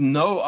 no